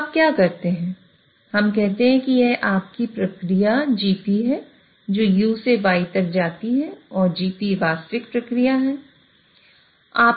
तो आप क्या करते हैं हम कहते हैं कि यह आपकी प्रक्रिया Gp है जो u से y तक जाती है और Gp वास्तविक प्रक्रिया है